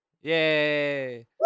Yay